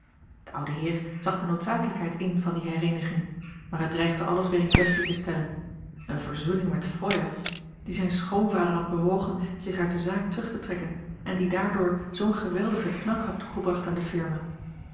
de oude heer zag de noodzakelijkheid in van die hereeniging maar het dreigde alles weer in kwestie te stellen eene verzoening met feuer die zijn schoonvader had bewogen zich uit de zaak terug te trekken en die daardoor zoo'n geweldigen knak had toegebracht aan de firma